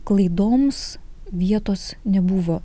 klaidoms vietos nebuvo